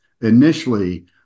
initially